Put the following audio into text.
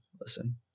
Listen